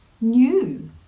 new